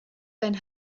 sein